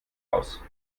aus